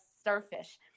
starfish